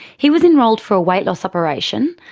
he was enrolled for a weight loss operation,